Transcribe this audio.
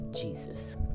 Jesus